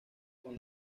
con